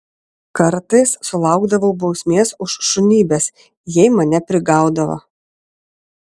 kartais sulaukdavau bausmės už šunybes jei mane prigaudavo